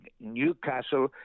Newcastle